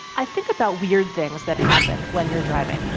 i think about weird things that happen when you're driving.